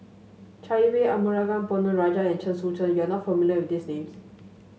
Chai Yee Wei Arumugam Ponnu Rajah and Chen Sucheng you are not familiar with these names